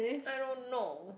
I don't know